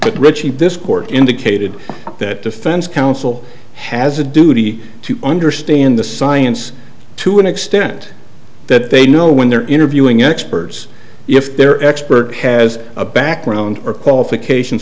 but ritchie this court indicated that defense counsel has a duty to understand the science to an extent that they know when they're interviewing experts if their expert has a background or qualifications